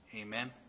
Amen